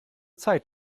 zeit